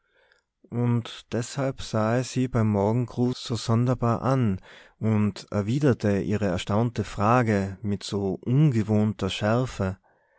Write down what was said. und deshalb sah er sie beim morgengruß so sonderbar an und erwiderte ihre erstaunte frage mit so ungewohnter schärfe